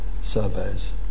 surveys